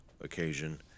occasion